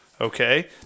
Okay